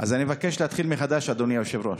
אז אני מבקש להתחיל מחדש, אדוני היושב-ראש.